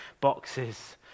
boxes